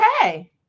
Okay